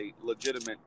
legitimate